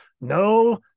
No